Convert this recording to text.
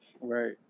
Right